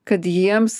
kad jiems